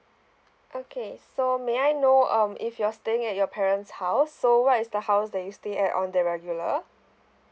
okay so may I know um if you're staying at your parent's house so what is the house that you stay at on the regular